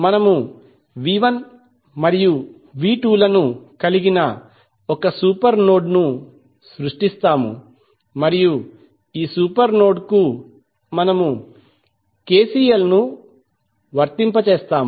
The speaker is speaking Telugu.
మనము మరియు లను కలిగిన ఒక సూపర్ నోడ్ ను సృష్టిస్తాము మరియు ఈ సూపర్ నోడ్ కు మనము కెసిఎల్ ను వర్తింపజేస్తాము